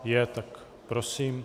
Je, tak prosím.